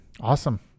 Awesome